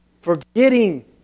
Forgetting